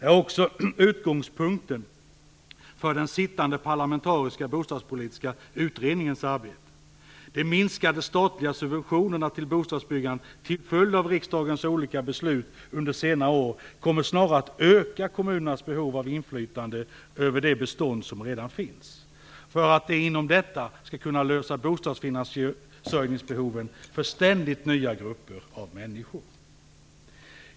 Det är också utgångspunkten för den sittande parlamentariska bostadspolitiska utredningens arbete. De minskade statliga subventionerna till bostadsbyggandet till följd av riksdagens olika beslut under senare år kommer snarare att öka kommunernas behov av inflytande över det bestånd som redan finns för att de inom detta skall kunna lösa bostadsförsörjningsbehoven för ständigt nya grupper av människor.